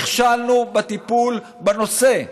נכשלנו בטיפול בנושא.